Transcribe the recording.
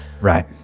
Right